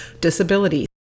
disabilities